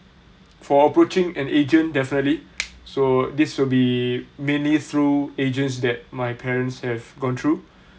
for approaching an agent definitely so this will be mainly through agents that my parents have gone through